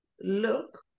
look